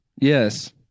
Yes